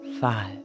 five